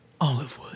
Olivewood